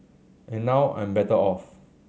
and now I'm better off